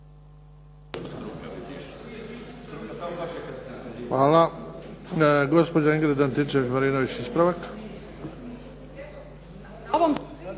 Hvala. Gospođa Ingrid Antičević-Marinović, ispravak.